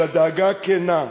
אלא דאגה כנה.